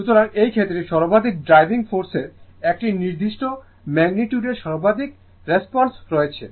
সুতরাং সেই ক্ষেত্রে সর্বাধিক ড্রাইভিং ফোর্সের একটি নির্দিষ্ট ম্যাগনিটিউডর সর্বাধিক রিঅ্যাকটাঁস রয়েছে